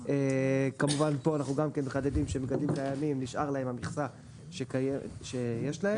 כמובן פה אנחנו גם מחדדים שלמגדלים קיימים נשארת המכסה שיש להם.